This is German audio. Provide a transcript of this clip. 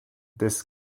des